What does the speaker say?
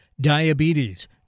diabetes